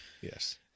Yes